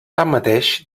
tanmateix